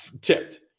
tipped